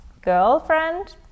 girlfriend